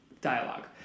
dialogue